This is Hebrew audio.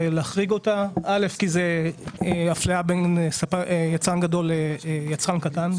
להחריגה - אל"ף כי זה אפליה בין יצרן גדול לקטן,